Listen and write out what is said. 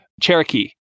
Cherokee